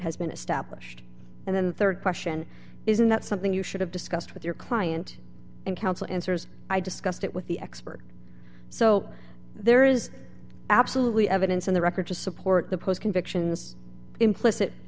has been established and then the rd question isn't that something you should have discussed with your client and counsel answers i discussed it with the expert so there is absolutely evidence in the record to support the post convictions implicit